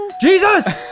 Jesus